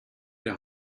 der